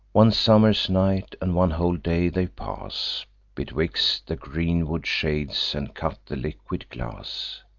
one summer's night and one whole day they pass betwixt the greenwood shades, and cut the liquid glass.